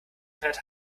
fährt